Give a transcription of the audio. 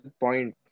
point